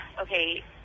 okay